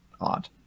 odd